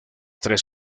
tres